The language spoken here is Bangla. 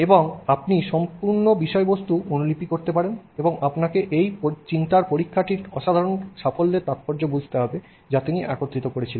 এবং আপনি সম্পূর্ণ বিষয়বস্তু অনুলিপি করতে পারেন এবং আপনাকে এই চিন্তার পরীক্ষাটির অসাধারণ সাফল্যের তাৎপর্য বুঝতে হবে যা তিনি একত্রিত করেছিলেন